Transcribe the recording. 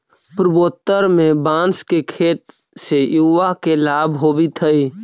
पूर्वोत्तर में बाँस के खेत से युवा के लाभ होवित हइ